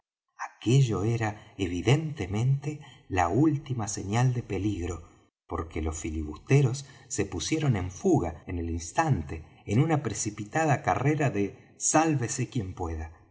aquello era evidentemente la última señal de peligro porque los filibusteros se pusieron en fuga en el instante en una precipitada carrera de sálvese quien pueda